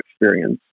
experience